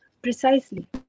Precisely